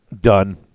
done